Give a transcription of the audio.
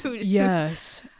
yes